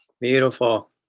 Beautiful